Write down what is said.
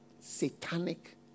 satanic